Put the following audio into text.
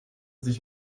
sich